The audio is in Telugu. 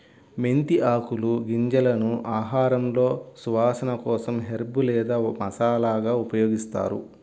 మెంతి ఆకులు, గింజలను ఆహారంలో సువాసన కోసం హెర్బ్ లేదా మసాలాగా ఉపయోగిస్తారు